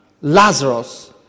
Lazarus